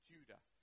Judah